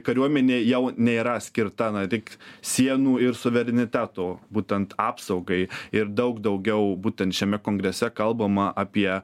kariuomenė jau nėra skirta tik sienų ir suvereniteto būtent apsaugai ir daug daugiau būtent šiame kongrese kalbama apie